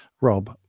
Rob